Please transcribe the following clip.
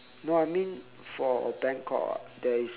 no I mean for bangkok ah there is